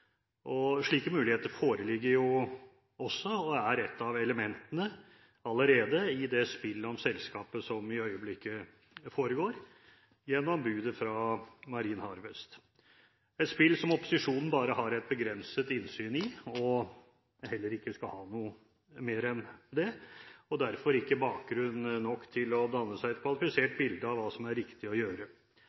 fremtid. Slike muligheter foreligger jo også og er et av elementene allerede i det spillet om selskapet som i øyeblikket foregår gjennom budet fra Marine Harvest, et spill som opposisjonen bare har et begrenset innsyn i – og heller ikke skal ha noe mer enn det – og derfor ikke bakgrunn nok til å danne seg et kvalifisert bilde av hva som er riktig å gjøre.